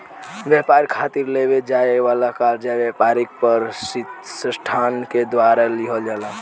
ब्यपार खातिर लेवे जाए वाला कर्जा ब्यपारिक पर तिसठान के द्वारा लिहल जाला